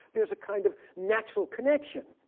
there's a kind of natural connection.